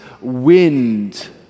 wind